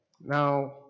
Now